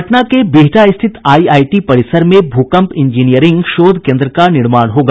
पटना के बिहटा स्थित आईआईटी परिसर में भूकम्प इंजीनियरिंग शोध केन्द्र का निर्माण होगा